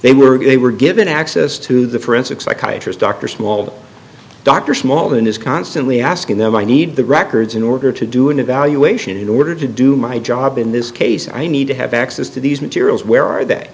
they were they were given access to the forensic psychiatrist dr small dr small and is constantly asking them i need the records in order to do an evaluation in order to do my job in this case i need to have access to these materials where are th